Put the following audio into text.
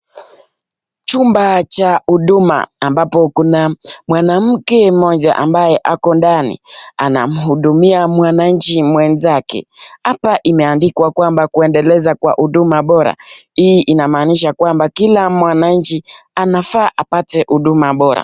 Chumba cha huduma ambapo kuna mwanamke mmoja ambaye ako ndani anamhudumia mwananchi mwenzake. Hapa imeandikwa kwamba kuendeleza kwa huduma bora, hii inamaanisha kwamba kila mwananchi anafaa apate huduma bora.